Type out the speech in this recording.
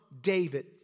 David